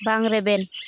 ᱵᱟᱝ ᱨᱮᱵᱮᱱ